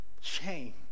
shame